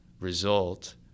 result